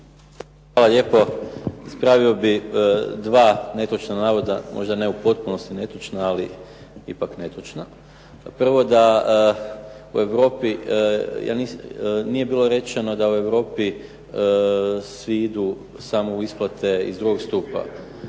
Hvala lijepo. Ispravio bih dva netočna navoda, možda ne u potpunosti netočna, ali ipak netočna. Prvo da u Europi, nije bilo rečeno da u Europi svi idu samo u isplate iz drugog stupa,